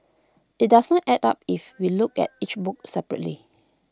IT doesn't add up if we look at each book separately